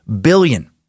billion